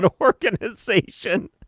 organization